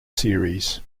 series